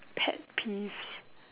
pet peeves